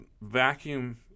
vacuum